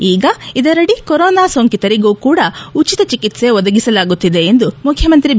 ಈಗ ಇದರಡಿ ಕೋವಿಡ್ ಸೋಂಕಿತರಿಗೂ ಕೂಡ ಉಚಿತ ಚಿಕಿತ್ಸೆ ಒದಗಿಸಲಾಗುತ್ತಿದೆ ಎಂದು ಮುಖ್ಣಮಂತ್ರಿ ಬಿ